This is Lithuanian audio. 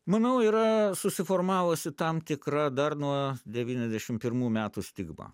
manau yra susiformavusi tam tikra dar nuo devyniasdešim pirmų metų stigma